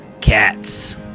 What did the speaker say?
Cats